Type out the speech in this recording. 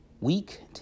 week